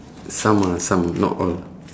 some ah some not all